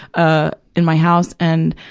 ah in my house. and,